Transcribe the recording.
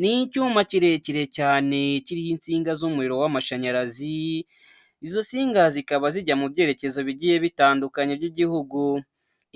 Ni icyuma kirekire cyane kiriho insinga z'umuriro w'amashanyarazi, izo nsinga zikaba zijya mu byerekezo bigiye bitandukanye by'igihugu,